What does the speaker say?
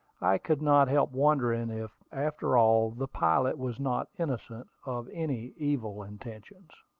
i could not help wondering if, after all, the pilot was not innocent of any evil intentions.